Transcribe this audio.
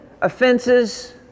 offenses